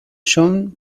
john